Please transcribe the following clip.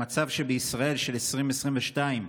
המצב שבישראל של 2022,